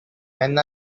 men